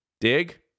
dig